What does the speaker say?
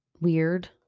weird